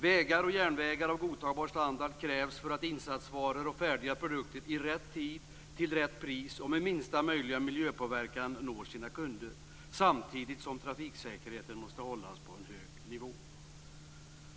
Vägar och järnvägar av godtagbar standard krävs för att insatsvaror och färdiga produkter i rätt tid, till rätt pris och med minsta möjliga miljöpåverkan når sina kunder, samtidigt som trafiksäkerheten måste hållas på en hög nivå.